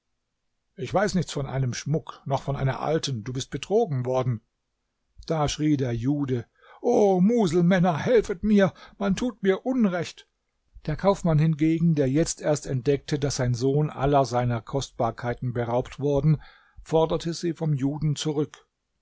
ich weiß nichts von einem schmuck noch von einer alten du bist betrogen worden da schrie der jude o muselmänner helfet mir man tut mir unrecht der kaufmann hingegen der jetzt erst entdeckte daß sein sohn aller seiner kostbarkeiten beraubt worden forderte sie vom juden zurück